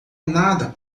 nada